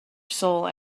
soul